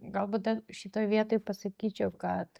galbūt dar šitoj vietoj pasakyčiau kad